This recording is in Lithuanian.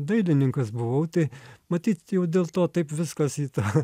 dailininkas buvau tai matyt jau dėl to taip viskas į tą